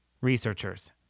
researchers